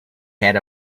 had